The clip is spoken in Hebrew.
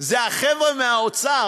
זה החבר'ה מהאוצר,